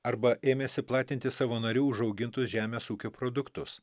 arba ėmėsi platinti savo narių užaugintus žemės ūkio produktus